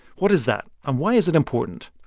what is that, and why is it important?